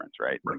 Right